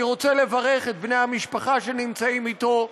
אני רוצה לברך את בני המשפחה שנמצאים איתו.